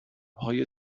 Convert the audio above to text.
های